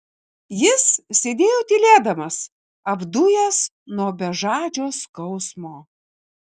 jis sėdėjo tylėdamas apdujęs nuo bežadžio skausmo